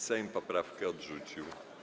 Sejm poprawkę odrzucił.